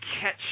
catch